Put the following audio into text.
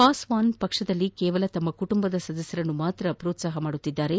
ಪಾಸ್ವಾನ್ ಪಕ್ಷದಲ್ಲಿ ಕೇವಲ ತಮ್ಮ ಕುಟುಂಬದ ಸದಸ್ವರನ್ನು ಮಾತ್ರ ಪ್ರೋತ್ಸಾಹಿಸುತ್ತಿದ್ದಾರೆ